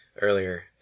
earlier